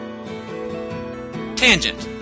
Tangent